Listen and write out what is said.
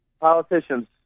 politicians